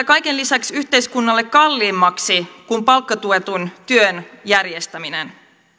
kaiken lisäksi yhteiskunnalle kalliimmaksi kuin palkkatuetun työn järjestäminen